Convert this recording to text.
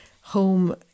home